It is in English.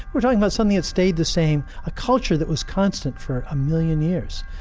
we're talking about something that stayed the same, a culture that was constant for a million years,